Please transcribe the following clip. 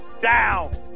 down